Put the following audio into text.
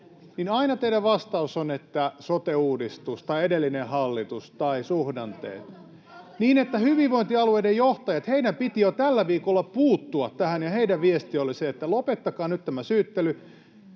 niin aina teidän vastauksenne on, että sote-uudistus tai edellinen hallitus tai suhdanteet, [Sanna Antikainen: Koska se pitää paikkansa!] niin että hyvinvointialueiden johtajien piti jo tällä viikolla puuttua tähän. Heidän viestinsä oli se, että lopettakaa nyt tämä syyttely.